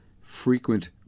frequent